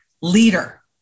leader